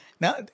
Now